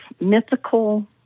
Mythical